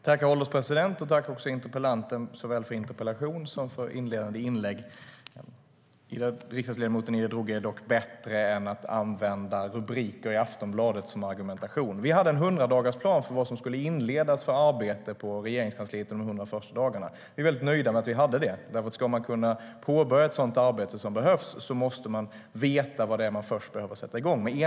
Herr ålderspresident! Tack, interpellanten, såväl för interpellation som för inledande inlägg! Riksdagsledamoten Ida Drougge vet dock bättre än att använda rubriker i Aftonbladet som argumentation. Vi hade en 100-dagarsplan för vilket arbete som skulle inledas på Regeringskansliet under de 100 första dagarna. Vi är väldigt nöjda med att vi hade det. Ska man kunna påbörja det arbete som behövs måste man nämligen veta vad det är man behöver sätta igång med först.